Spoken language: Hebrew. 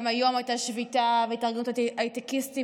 גם היום הייתה שביתה והתארגנות הייטקיסטים